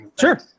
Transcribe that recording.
sure